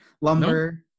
lumber